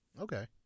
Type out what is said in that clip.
Okay